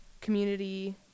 community